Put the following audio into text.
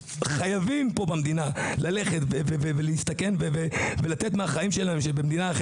ייקחו לך את התרופות ומעכשיו ועד שתצא מהבית החם אין לך שליטה על